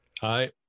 Hi